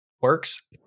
works